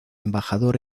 embajador